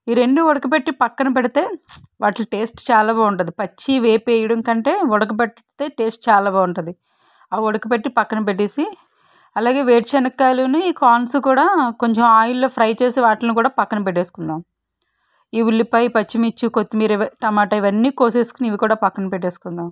ఈ రెండూ ఉడకబెట్టి పక్కన పెడితే వాట్లి టేస్ట్ చాలా బాగుంటుంది పచ్చివి వేపేయడంకంటే ఉడకబెడితే టేస్ట్ చాలా బాగుంటుంది ఆ ఉడకబెట్టి పక్కన పెట్టేసి అలాగే వేరుశనగకాయలని కాన్సు కూడా కొంచెం ఆయిల్లో ఫ్రై చేసి వాటిల్ని కూడా పక్కన పెట్టేసుకుందాం ఈ ఉల్లిపాయ పచ్చిమిర్చి కొత్తిమీర వే టమటా ఇవన్నీ కోసేసుకొని ఇవి కూడా పక్కన పెట్టేసుకుందాం